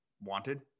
wanted